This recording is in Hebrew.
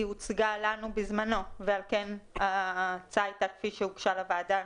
היא הוצגה לנו בזמנו ועל כן ההצעה הייתה כפי שהיא הוגשה לוועדה,